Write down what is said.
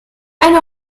eine